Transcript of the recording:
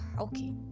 okay